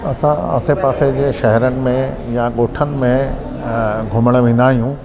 असां आसे पासे जे शहरनि में या ॻोठनि में अ घुमण वेंदा आहियूं